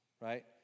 right